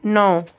ਨੌਂ